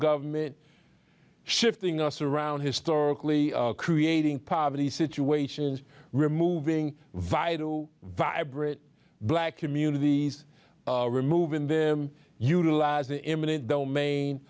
government shifting us around historically creating poverty situations removing via two vibrant black communities removing them utilizing eminent domain